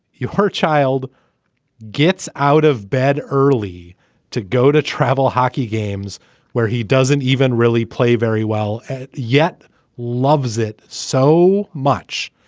her child gets out of bed early to go to travel hockey games where he doesn't even really play very well yet loves it so much.